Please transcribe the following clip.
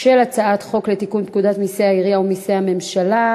על הצעת חוק לתיקון פקודת מסי העירייה ומסי הממשלה.